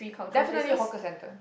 definitely hawker centre